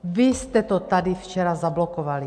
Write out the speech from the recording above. Vy jste to tady včera zablokovali!